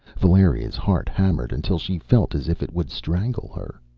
valeria's heart hammered until she felt as if it would strangle her.